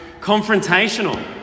confrontational